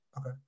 Okay